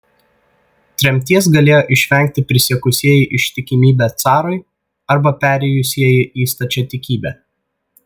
tremties galėjo išvengti prisiekusieji ištikimybę carui arba perėjusieji į stačiatikybę